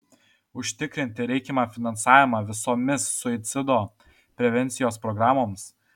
užtikrinti reikiamą finansavimą visomis suicido prevencijos programoms